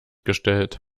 gestellt